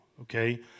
okay